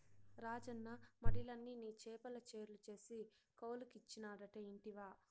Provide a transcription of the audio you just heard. రాజన్న మడిలన్ని నీ చేపల చెర్లు చేసి కౌలుకిచ్చినాడట ఇంటివా